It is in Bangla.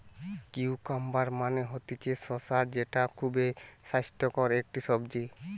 কিউকাম্বার মানে হতিছে শসা যেটা খুবই স্বাস্থ্যকর একটি সবজি